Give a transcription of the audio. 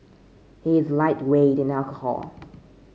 he is lightweight in alcohol